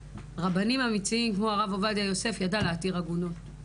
רבנים אמיצים כמו הרב עובדיה יוסף ידע להתיר עגונות.